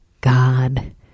God